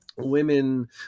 women